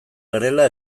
garela